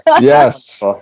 yes